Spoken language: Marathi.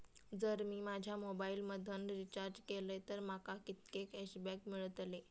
जर मी माझ्या मोबाईल मधन रिचार्ज केलय तर माका कितके कॅशबॅक मेळतले?